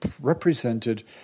represented